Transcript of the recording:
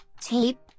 Tape